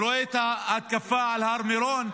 ורואה את ההתקפה על הר מירון,